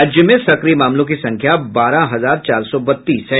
राज्य में सक्रिय मामलों की संख्या बारह हजार चार सौ बत्तीस है